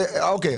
יש עודפים,